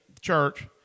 church